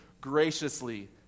graciously